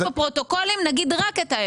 יש פה פרוטוקולים, נגיד רק את האמת.